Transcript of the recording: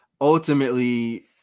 ultimately